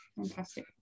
Fantastic